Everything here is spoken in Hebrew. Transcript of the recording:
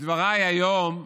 בדבריי היום,